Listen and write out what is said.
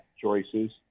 choices